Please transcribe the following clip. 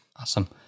Awesome